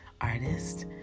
artist